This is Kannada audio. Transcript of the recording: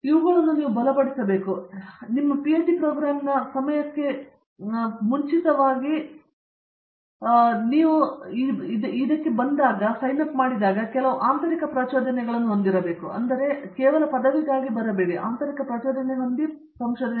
ಹಾಗಾಗಿ ನಿಮ್ಮ ಪಿಎಚ್ಡಿ ಪ್ರೋಗ್ರಾಂನ ಸಮಯಕ್ಕೆ ಮುಂಚಿತವಾಗಿ ಮಾಡದಿದ್ದಲ್ಲಿ ಮತ್ತು ನೀವು ಪಿಎಚ್ಡಿಗಾಗಿ ಸೈನ್ ಅಪ್ ಮಾಡಿದಾಗ ನೀವು ಕೆಲವು ಆಂತರಿಕ ಪ್ರಚೋದನೆಗಳನ್ನು ಹೊಂದಿರುವಿರಿ ಎಂದು ನಾನು ಭಾವಿಸುತ್ತೇನೆ